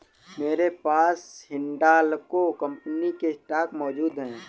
मेरे पास हिंडालको कंपनी के स्टॉक मौजूद है